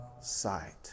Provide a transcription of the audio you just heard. sight